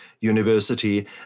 university